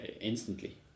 instantly